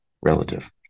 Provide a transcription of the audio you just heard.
relative